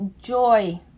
joy